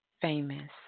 famous